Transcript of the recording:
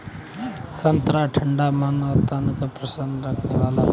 संतरा ठंडा तन और मन को प्रसन्नता देने वाला फल है